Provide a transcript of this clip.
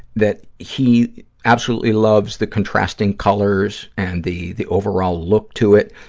that he absolutely loves the contrasting colors and the the overall look to it,